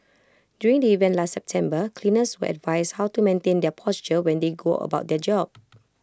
during the event last September cleaners were advised how to maintain their posture when they go about their job